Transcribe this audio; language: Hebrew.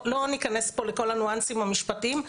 לא ניכנס פה לכל הניואנסים המשפטיים,